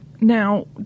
Now